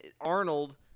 Arnold